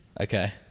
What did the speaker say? okay